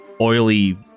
oily